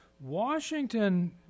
Washington